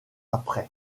après